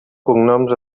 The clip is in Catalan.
cognoms